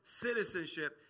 citizenship